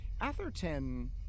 Atherton